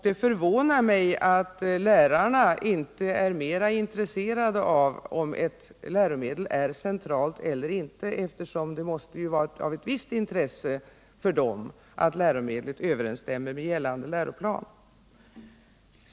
Det förvånar mig att lärarna inte är mera intresserade av om ett läromedel är centralt eller inte, eftersom det måste vara av ett visst intresse för dem att läromedlet överensstämmer med gällande läroplan.